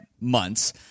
months